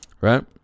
right